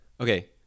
okay